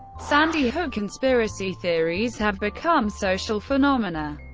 sandy hook conspiracy theories have become social phenomena,